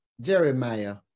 Jeremiah